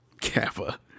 Kappa